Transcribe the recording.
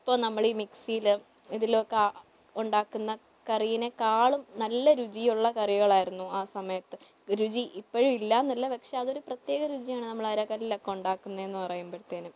ഇപ്പോൾ നമ്മളീ മിക്സിയിൽ ഇതിലൊക്കെ ഉണ്ടാക്കുന്ന കറിയിനേക്കാളും നല്ല രുചിയുള്ള കറികളായിരുന്നു ആ സമയത്ത് രുചി ഇപ്പോഴും ഇല്ലയെന്നല്ലാ പക്ഷേ അതൊരു പ്രത്യേക രുചിയാണ് നമ്മളാ അരകല്ലിലൊക്കെ ഉണ്ടാക്കുന്നതിന് എന്നു പറയുമ്പോഴത്തേനും